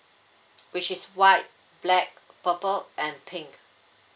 which is white black purple and pink